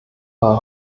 paar